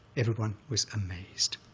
everyone was amazed,